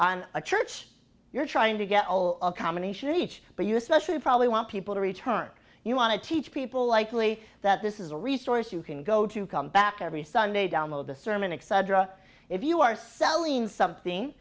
on a church you're trying to get all of commination each but you especially probably want people to return you want to teach people likely that this is a resource you can go to come back every sunday download a sermon excited or a if you are selling something